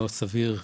לא סביר,